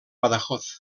badajoz